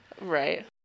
Right